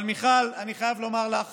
אבל, מיכל, אני חייב לומר לך